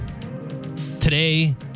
Today